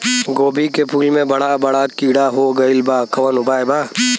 गोभी के फूल मे बड़ा बड़ा कीड़ा हो गइलबा कवन उपाय बा?